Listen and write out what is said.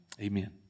Amen